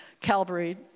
Calvary